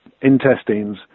intestines